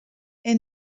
est